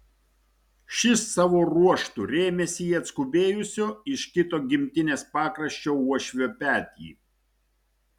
šis savo ruoštu rėmėsi į atskubėjusio iš kito gimtinės pakraščio uošvio petį